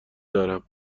دارم